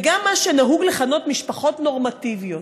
וגם מה שנהוג לכנות משפחות נורמטיביות,